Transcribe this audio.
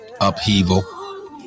upheaval